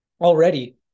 already